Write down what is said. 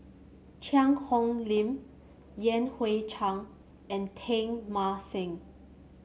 Cheang Hong Lim Yan Hui Chang and Teng Mah Seng